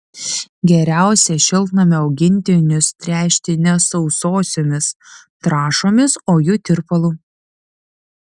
geriausia šiltnamio augintinius tręšti ne sausosiomis trąšomis o jų tirpalu